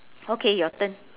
okay your turn